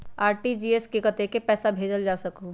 RTGS से कतेक पैसा भेजल जा सकहु???